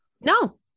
No